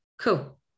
Cool